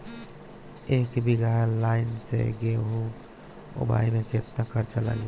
एक बीगहा लाईन से गेहूं बोआई में केतना खर्चा लागी?